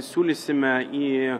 siūlysime į